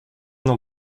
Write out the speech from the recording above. non